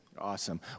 Awesome